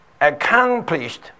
accomplished